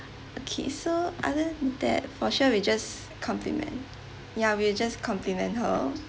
okay so other than that for sure we just compliment ya we'll just compliment her